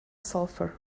sulfur